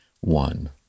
one